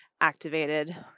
activated